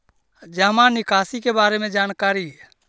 जामा निकासी के बारे में जानकारी?